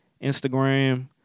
Instagram